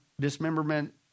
dismemberment